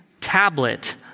tablet